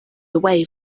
away